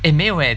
eh 没有 leh